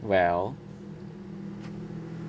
well